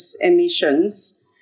emissions